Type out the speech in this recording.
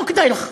לא כדאי לך.